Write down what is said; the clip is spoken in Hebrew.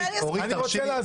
אני רוצה להוסיף את התוספת שלי.